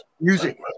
music